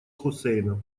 хусейна